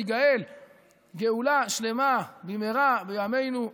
ניגאל גאולה שלמה במהרה בימינו,